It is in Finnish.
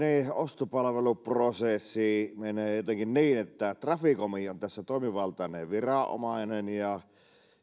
ostopalveluprosessi menee jotenkin niin että traficom on tässä toimivaltainen viranomainen